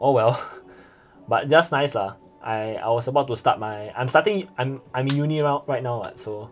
oh well but just nice lah I I was about to start my I'm starting I'm in uni now right now what so